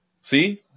See